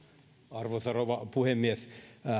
arvoisa rouva puhemies